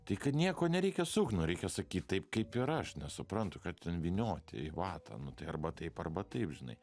tik kad nieko nereikia sukt nu reikia sakyt taip kaip yra aš nesuprantu ką ten vynioti į vatą nu tai arba taip arba taip žinai